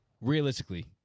realistically